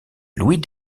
louis